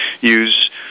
use